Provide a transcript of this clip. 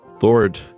Lord